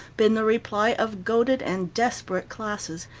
been the reply of goaded and desperate classes,